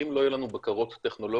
אם לא יהיו לנו בקרות טכנולוגיות